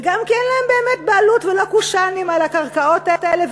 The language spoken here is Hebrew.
וגם כי אין להם באמת בעלות ולא קושאנים על הקרקעות האלה,